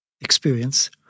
experience